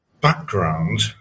background